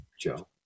Joe